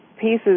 pieces